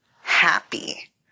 happy